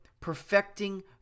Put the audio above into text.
perfecting